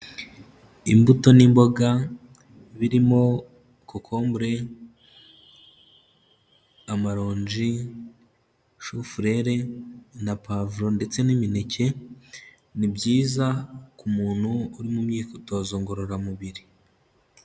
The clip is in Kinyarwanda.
Imbuto n'imboga birimo kokombure, amarongi, shufurere, na pavuro ndetse n'imineke, ni byiza ku muntu uri mu myitozo ngororamubiri.